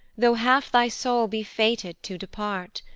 though half thy soul be fated to depart.